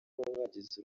bagize